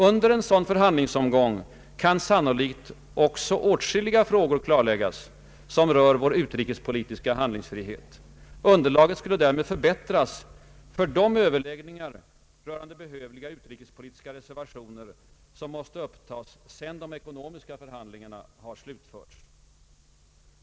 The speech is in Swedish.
Under en sådan förhandlingsomgång kan sannolikt också åtskilliga frågor klarläggas, som rör vår utrikespolitiska handlingsfrihet. Underlaget skulle därmed förbättras för de överläggningar rörande behövliga utrikespolitiska reservationer som måste upptagas sedan de ekonomiska förhandlingarna slutförts.